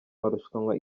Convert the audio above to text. marushanwa